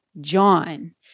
John